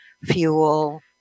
fuel